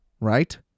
right